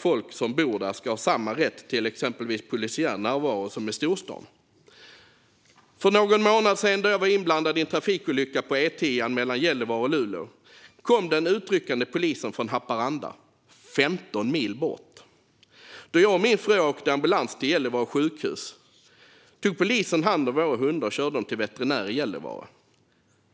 Folk som bor där ska ha samma rätt till exempelvis polisiär närvaro som i storstan. För någon månad sedan var jag inblandad i en trafikolycka på E10:an mellan Gällivare och Luleå. Då kom den utryckande polisen från Haparanda, 15 mil bort. Medan jag och min fru åkte ambulans till Gällivare sjukhus tog polisen hand om våra hundar och körde dem till veterinär i Gällivare.